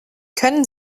können